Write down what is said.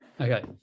okay